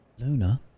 Luna